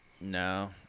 No